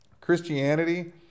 Christianity